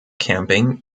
camping